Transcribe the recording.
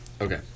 Okay